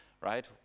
right